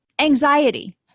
Anxiety